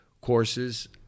courses